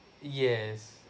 yes